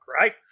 right